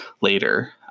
later